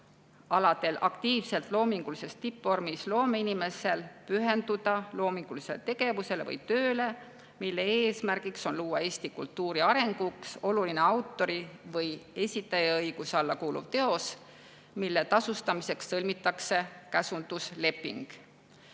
erialaselt] aktiivsel loomingulises tippvormis loomeinimesel pühenduda loomingulisele tegevusele või tööle, mille eesmärk on luua Eesti kultuuri arenguks oluline autori- või esitajaõiguse alla kuuluv teos. Loometöötasu [maksmiseks] sõlmitakse käsundusleping.